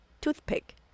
toothpick